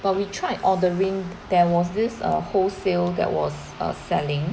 but we tried ordering there was this err wholesale that was err selling